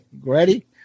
ready